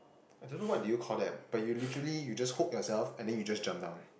I don't know what do you call that but you literally you just hook yourself and then you just jump down